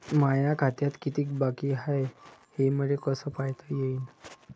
माया खात्यात कितीक बाकी हाय, हे मले कस पायता येईन?